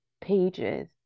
pages